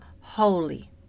holy